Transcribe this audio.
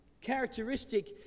Characteristic